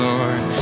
Lord